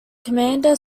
commander